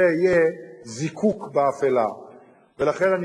השאלה היא אם